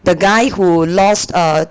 the guy who lost err